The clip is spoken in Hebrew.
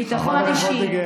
ביטחון אישי,